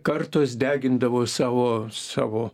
kartos degindavo savo savo